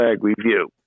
review